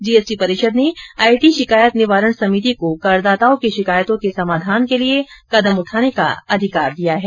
GST परिषद ने IT शिकायत निवारण समिति को करदाताओं की शिकायतों के समाधान के लिए कदम उठाने का अधिकार दिया है